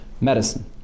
medicine